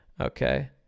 Okay